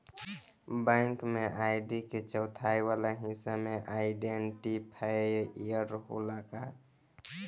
Bank में ID के चौथाई वाला हिस्सा में आइडेंटिफैएर होला का?